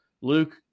Luke